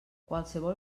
qualsevol